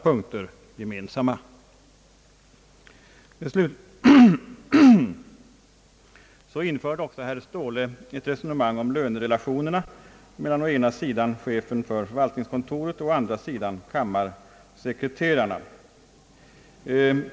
Herr Ståhle förde in ett resonemang om lönerelationerna mellan å ena sidan chefen för förvaltningskontoret och å andra sidan kammarsekreterarna.